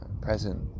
present